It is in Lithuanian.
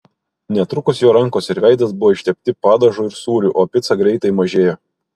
netrukus jo rankos ir veidas buvo ištepti padažu ir sūriu o pica greitai mažėjo